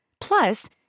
Plus